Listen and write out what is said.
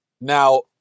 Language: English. Now